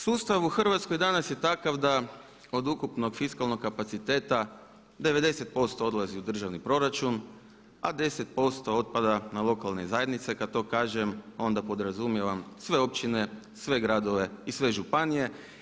Sustav u Hrvatskoj danas je takav da od ukupnog fiskalnog kapaciteta 90% odlazi u državni proračun, a 10% otpada na lokalne zajednice, kad to kažem onda podrazumijevam sve općine, sve gradove i sve županije.